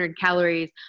calories